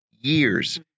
years